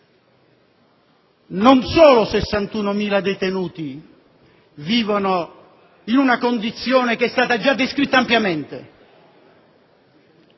Non solo 61.000 detenuti vivono in una condizione che è già stata ampiamente